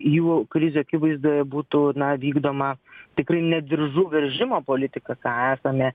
jų krizių akivaizdoje būtų na vykdoma tikrai ne diržų veržimo politika ką esame